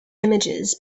images